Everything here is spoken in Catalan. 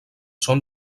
són